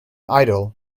idol